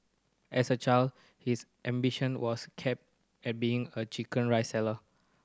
as a child his ambition was capped at being a chicken rice seller